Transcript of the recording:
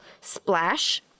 splash